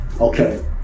Okay